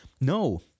no